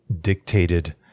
dictated